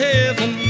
Heaven